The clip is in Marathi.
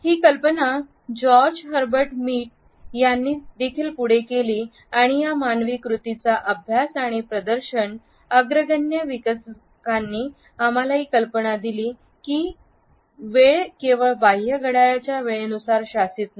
ही कल्पना जॉर्ज हर्बर्ट मीड यांनी देखील पुढे केली आणि या मानवी कृतींचा अभ्यास आणि प्रदर्शन अग्रगण्य विकसकांनी आम्हाला ही कल्पना दिली की ती वेळ केवळ बाह्य घड्याळाच्या वेळेनुसार शासित नाही